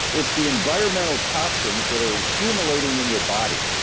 it's the environmental toxins that are accumulating in your body,